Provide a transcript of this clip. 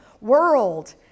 world